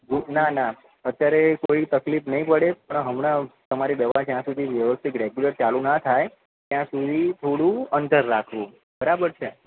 ના ના અત્યારે કોઈ તકલીફ નહીં પડે પણ હમણાં તમારે દવા જ્યાં સુધી વ્યવસ્થિત રેગ્યુલર ચાલું ના થાય ત્યાં સુધી થોડુ અંતર રાખવું બરાબર છે